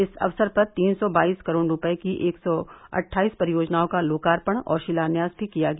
इस अवसर पर तीन सौ बाईस करोड़ रूपये की एक सौ अटठाईस परियोजनाओं का लोकार्पण और शिलान्यास भी किया गया